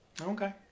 Okay